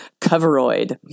coveroid